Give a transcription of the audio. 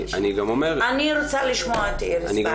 אני רוצה לשמוע את איריס בעניין הזה.